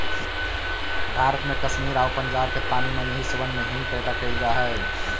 भारत में कश्मीर आउ पंजाब के तानी मनी हिस्सबन में हींग पैदा कयल जा हई